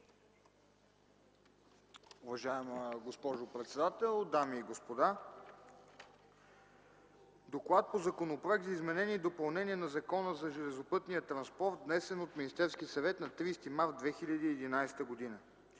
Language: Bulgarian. Уважаема госпожо председател, дами и господа! „ДОКЛАД по Законопроект за изменение и допълнение на Закона за железопътния транспорт, внесен от Министерския съвет на 30 март 2011 г.